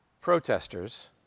protesters